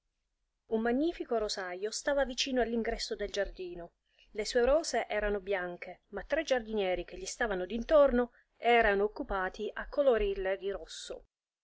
un magnifico rosajo stava vicino all'ingresso del giardino le sue rose erano bianche ma tre giardinieri che gli stavano d'intorno erano occupati a colorirle di rosso